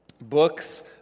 books